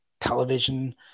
television